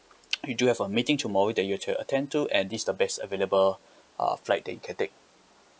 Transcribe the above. you do have a meeting tomorrow that you have to attend to and this is the best available uh flight that you can take